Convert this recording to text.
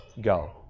Go